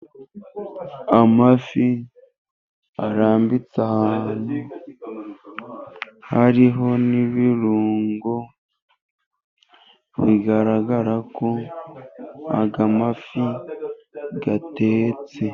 Amafi arambitse ahantu, hariho n'ibirungo, bigaragara ko aya mafi atetse.